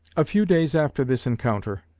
a few days after this encounter,